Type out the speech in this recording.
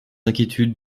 inquiétudes